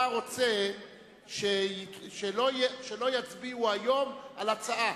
אתה רוצה שלא יצביעו היום על ההצעה.